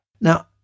now